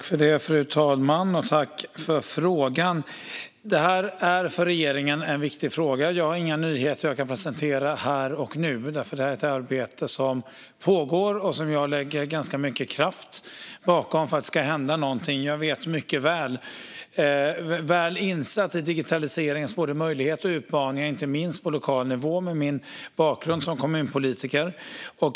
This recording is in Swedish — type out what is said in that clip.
Fru talman! Detta är en viktig fråga för regeringen. Jag har inga nyheter som jag kan presentera här och nu. Detta är ett arbete som pågår, och jag lägger ganska mycket kraft bakom det för att det ska hända någonting. Jag är mycket väl insatt i digitaliseringens möjligheter och utmaningar, inte minst på lokal nivå, i och med min bakgrund som kommunpolitiker.